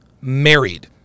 married